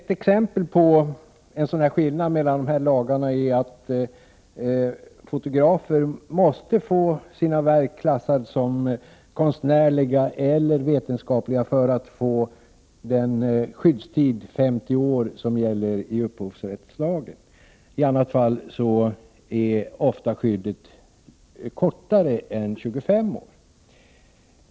Ett exempel på en sådan skillnad mellan lagarna är att fotografer måste få sina verk klassade som konstnärliga eller vetenskapliga för att få den skyddstid på 50 år som gäller i upphovsrättslagen. I annat fall är skyddet ofta kortare än 25 år.